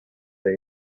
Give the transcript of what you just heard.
the